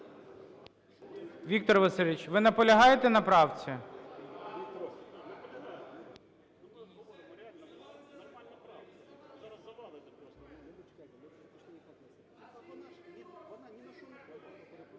Віктор Васильович, ви наполягаєте на правці?